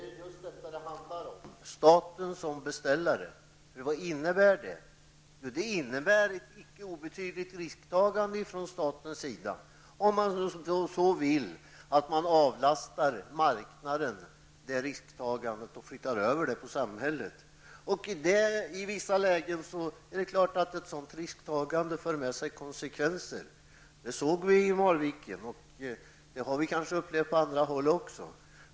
Herr talman! Det är just detta det handlar om: staten som beställare. Vad innebär det? Jo, det innebär ett icke obetydligt risktagande från statens sida, det innebär om man så vill att man avlastar marknaden det risktagandet och flyttar över det på samhället. I vissa lägen är det klart att ett sådant risktagande för med sig konsekvenser. Det såg vi i Marviken, och det har vi kanske upplevt på andra håll också.